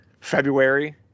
February